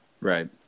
Right